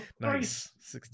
nice